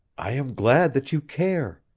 i am glad that you care,